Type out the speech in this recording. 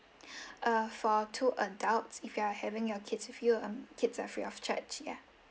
uh for two adults if you are having your kids with you um kids are free of charge yeah